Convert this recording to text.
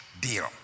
deal